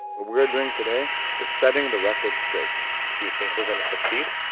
what we are doing today is setting the record straight do you think we're gonna succeed?